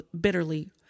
bitterly